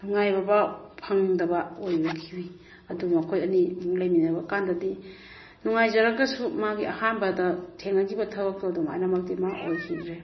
ꯅꯨꯡꯉꯥꯏꯕ ꯐꯥꯎ ꯐꯪꯗꯕ ꯑꯣꯏꯕꯤꯈꯤ ꯑꯗꯨꯕꯨ ꯃꯈꯣꯏ ꯑꯅꯤ ꯑꯃꯨꯛ ꯂꯩꯃꯤꯟꯅꯕ ꯀꯥꯟꯗꯗꯤ ꯅꯨꯡꯉꯥꯏꯖꯔꯒꯁꯨ ꯃꯥꯒꯤ ꯑꯍꯥꯟꯕꯗ ꯊꯦꯡꯅꯈꯤꯕ ꯊꯕꯛꯇꯣ ꯑꯗꯨꯃꯥꯏꯅꯃꯛꯇꯤ ꯃꯥ ꯑꯣꯏꯈꯤꯗ꯭ꯔꯦ